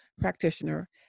practitioner